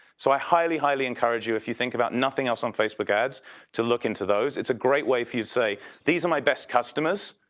so i highly, highly encourage you if you think about nothing else on facebook ads to look into those. it's a great way for you to say these are my best customers.